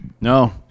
No